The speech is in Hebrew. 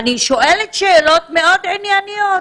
אני שואלת שאלות מאוד ענייניות.